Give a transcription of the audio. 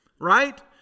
Right